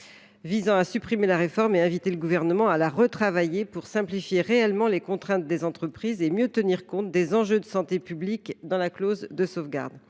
visent à supprimer la réforme. Ainsi, nous entendons inviter le Gouvernement à la retravailler pour simplifier réellement les contraintes des entreprises et mieux tenir compte des enjeux de santé publique dans la clause de sauvegarde.